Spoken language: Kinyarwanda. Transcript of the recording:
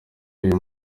uyu